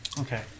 Okay